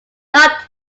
not